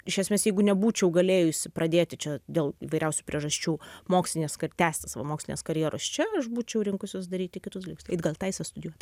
iš esmės jeigu nebūčiau galėjusi pradėti čia dėl įvairiausių priežasčių mokslinės tęsti savo mokslinės karjeros čia aš būčiau rinkusis daryti kitus dalykus eit gal teisę studijuot